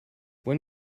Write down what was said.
when